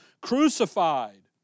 crucified